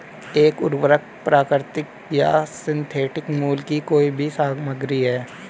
एक उर्वरक प्राकृतिक या सिंथेटिक मूल की कोई भी सामग्री है